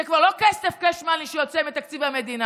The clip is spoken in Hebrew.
זה כבר לא כסף cash money, שיוצא מתקציב המדינה.